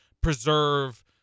preserve